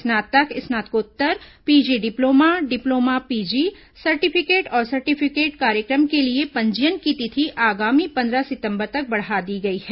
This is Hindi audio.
स्नातक स्नातकोत्तर PG diploma diploma PG certificate और सर्टिफिकेट कार्यक्रम के लिए पंजीयन की तिथि आगामी पंद्रह सितंबर तक बढ़ा दी गई है